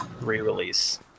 re-release